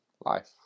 life